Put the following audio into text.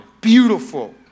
beautiful